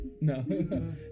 No